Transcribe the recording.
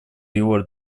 его